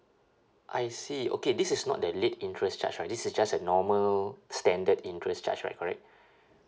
I see okay this is not the late interest charge right this is just a normal standard interest charge right correct